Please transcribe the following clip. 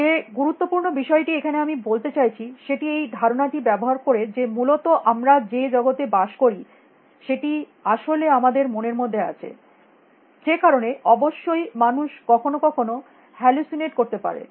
যে গুরুত্বপূর্ণ বিষয়টি এখানে আমি বলতে চাইছি সেটি এই ধারণাটি ব্যবহার করে যে মূলত আমরা যে জগতে বাস করি সেটি আসলে আমাদের মনের মধ্যে আছে যে কারণে অবশ্যই মানুষ কখনো কখনো হ্যালুসিনেট করতে পারে